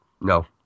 no